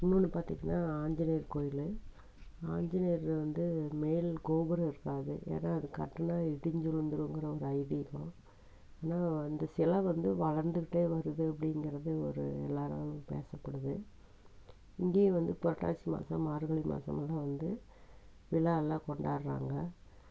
இன்னொன்று பார்த்துட்டிங்கன்னா ஆஞ்சநேயர் கோவிலு ஆஞ்சநேயர் வந்து மேல் கோபுரம் இருக்காது ஏன்னா அது கட்டினா இடிஞ்சு விழுந்துருமோங்குற ஒரு ஐதீகம் ஏன்னா அந்த செலை வந்து வளர்ந்துக்கிட்டே வருது அப்படிங்கிறது ஒரு எல்லோராலும் பேசப்படுது இங்கே வந்து புரட்டாசி மாதம் மார்கழி மாதம் எல்லா வந்து விழாலாம் கொண்டாடுறாங்க